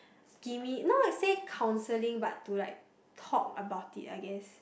give me not to say counselling but to like talk about I guess